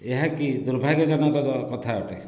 ଏହାକି ଦୁର୍ଭାଗ୍ୟଜନକ କଥା ଅଟେ